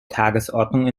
tagesordnung